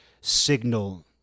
signal